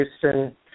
Houston